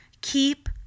keep